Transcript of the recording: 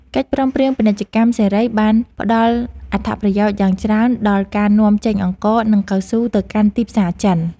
កិច្ចព្រមព្រៀងពាណិជ្ជកម្មសេរីបានផ្តល់អត្ថប្រយោជន៍យ៉ាងច្រើនដល់ការនាំចេញអង្ករ និងកៅស៊ូទៅកាន់ទីផ្សារចិន។